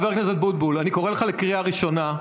חבר הכנסת בוטבול, אני קורא אותך קריאה ראשונה.